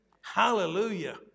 Hallelujah